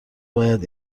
باید